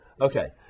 Okay